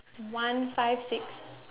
one five six